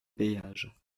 péage